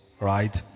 right